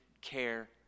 care